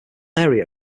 area